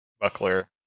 buckler